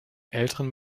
älteren